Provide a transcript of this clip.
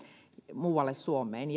muualle suomeen